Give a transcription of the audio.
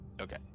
okay